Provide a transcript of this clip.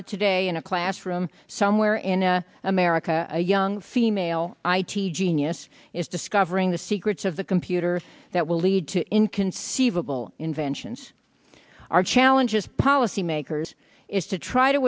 that today in a classroom somewhere in a america a young female i t genius is discovering the secrets of the computers that will lead to inconceivable inventions our challenges policymakers is to try